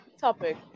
topic